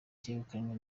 cyegukanywe